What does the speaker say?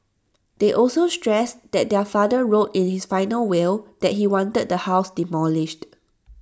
they also stressed that their father wrote in his final will that he wanted the house demolished